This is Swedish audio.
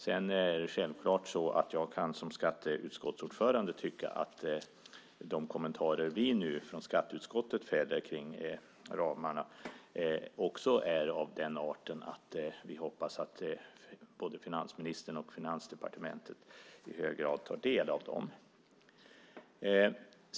Sedan kan jag självfallet som skatteutskottets ordförande tycka att de kommentarer vi nu från skatteutskottet fäller om ramarna också är av den arten att vi hoppas att både finansministern och Finansdepartementet i hög grad tar del av dem.